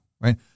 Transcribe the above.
Right